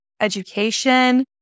education